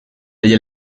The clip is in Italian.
degli